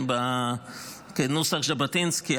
כנוסח ז'בוטינסקי,